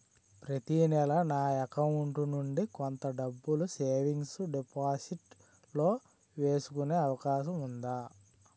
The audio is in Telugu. ప్రతి నెల నా అకౌంట్ నుండి కొంత డబ్బులు సేవింగ్స్ డెపోసిట్ లో వేసుకునే అవకాశం ఉందా?